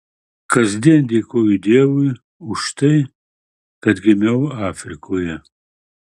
kasdien dėkoju dievui už tai kad gimiau afrikoje